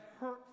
hurt